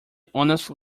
honestly